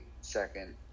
second